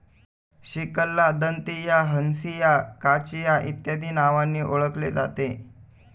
सिकलला दंतिया, हंसिया, काचिया इत्यादी नावांनी ओळखले जाते